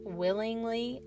willingly